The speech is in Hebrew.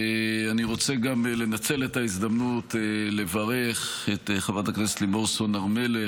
אני רוצה גם לנצל את ההזדמנות לברך את חברת הכנסת לימור סון הר מלך,